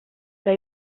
que